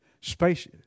space